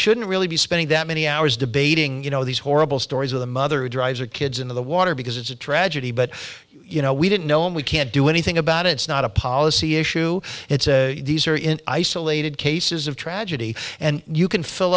shouldn't really be spending that many hours debating you know these horrible stories with a mother drives her kids into the water because it's a tragedy but you know we didn't know and we can't do anything about it it's not a policy issue it's an isolated cases of tragedy and you can fill